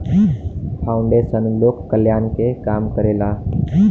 foundation लोक कल्याण के काम करेला